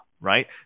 right